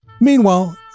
Meanwhile